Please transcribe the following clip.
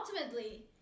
ultimately